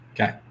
Okay